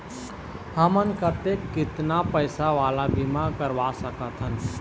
हमन कतेक कितना पैसा वाला बीमा करवा सकथन?